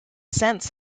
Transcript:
cents